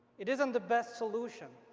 it isn't the best solution